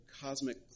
cosmic